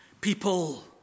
people